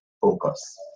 focus